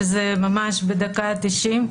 שזה ממש בדקה ה-90,